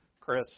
Chris